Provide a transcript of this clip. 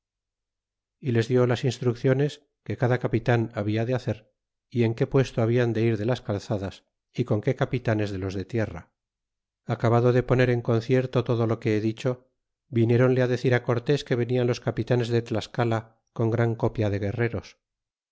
y les dió las instrucciones que cada capitan halle de hacer y en qué puesto hablan de ir de ras calzadas é con qué capitanes de los de tierra acabado de poner en concierto todo lo que he dicho vinié ronle decir cortés que venian los capitanes de tlascala con gran copia de guerreros